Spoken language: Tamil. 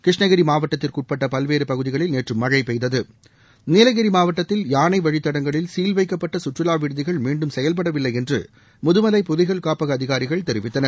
கிருஷ்ணகிரி மாவட்டத்திற்குட்பட்ட பல்வேறு பகுதிகளில் நேற்று மழை பெய்தது நீலகிரி மாவட்டத்தில் யானை வழித்தடங்களில் சீல் வைக்கப்பட்ட சுற்றுவா விடுதிகள் மீண்டும் செயல்படவில்லை என்று முதுமலை புலிகள் காப்பக அதிகாரிகள் தெரிவித்துள்ளனர்